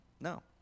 No